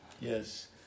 Yes